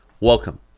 welcome